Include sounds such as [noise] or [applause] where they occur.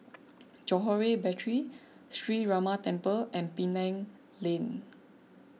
[noise] Johore Battery Sree Ramar Temple and Penang Lane